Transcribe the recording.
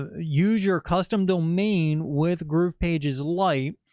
ah use your custom domain with groovepages, light,